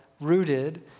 rooted